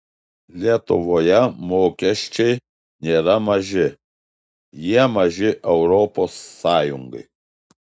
lietuvoje mokesčiai nėra maži jie maži europos sąjungai